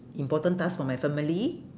important task for my family